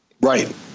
Right